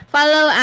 Follow